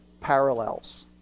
parallels